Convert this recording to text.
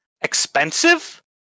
expensive